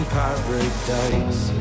paradise